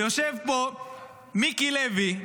ויושב פה מיקי לוי,